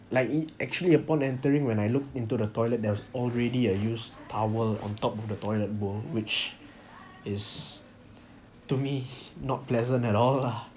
like it actually upon entering when I looked into the toilet there was already a used towel on top of the toilet bowl which is to me not pleasant at all lah